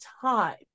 time